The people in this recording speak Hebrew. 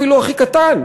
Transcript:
אפילו הכי קטן,